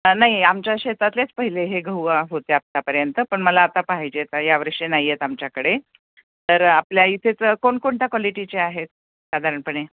नाही आमच्या शेतातलेच पहिले हे गहू होते आत्तापर्यंत पण मला आता पाहिजेत या वर्षी नाही आहेत आमच्याकडे तर आपल्या इथेचं कोणकोणत्या क्वालिटीचे आहेत साधारणपणे